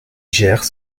gère